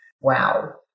Wow